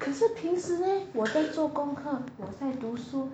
可是平时 leh 我在做功课我在读书